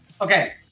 okay